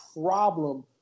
problem